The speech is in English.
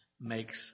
makes